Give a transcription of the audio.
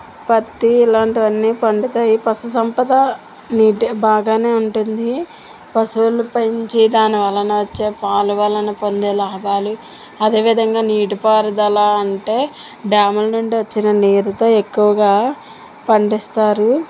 పత్తి ఇలాంటివి అన్నీ పండుతాయి పశు సంపద నీట్ బాగాఉంటుంది పశువులను పెంచి దాని వలన వచ్చే పాలు వలన పొందే లాభాలు అదేవిధంగా నీటి పారుదల అంటే డ్యాముల నుండి వచ్చిన నీరుతో ఎక్కువగా పండిస్తారు